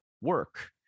work